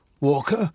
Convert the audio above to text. Walker